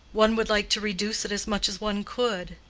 one would like to reduce it as much as one could,